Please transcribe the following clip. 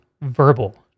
verbal